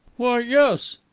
why? yes!